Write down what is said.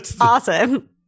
Awesome